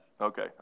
Okay